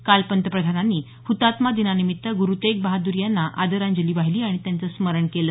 काल पंतप्रधानांनी हृतात्मा दिनानिमित्त गुरूतेग बहाद्र यांना आदरांजली वाहिली आणि त्यांचं स्मरण केलं